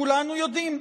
כולנו יודעים,